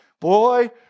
Boy